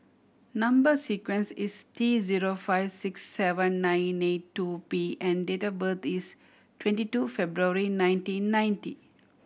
number sequence is T zero five six seven nine eight two P and date of birth is twenty two February nineteen ninety